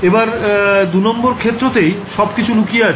এবার ২ নং ক্ষেত্রতেই সবকিছু লুকিয়ে আছে